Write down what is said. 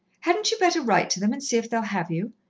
hadn't you better write to them and see if they'll have you?